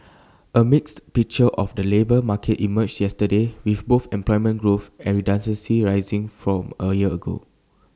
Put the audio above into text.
A mixed picture of the labour market emerged yesterday with both employment growth and redundancies rising from A year ago